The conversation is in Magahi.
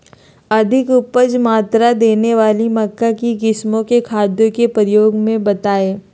अधिक उपज मात्रा देने वाली मक्का की किस्मों में खादों के प्रयोग के बारे में बताएं?